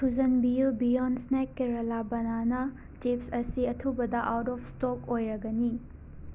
ꯊꯨꯖꯟꯕꯤꯌꯨ Beyond snack Kerala banana chips ꯑꯁꯤ ꯑꯊꯨꯕꯗ out of stock ꯑꯣꯏꯔꯒꯅꯤ